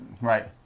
Right